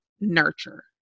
nurture